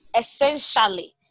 essentially